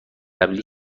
قبلی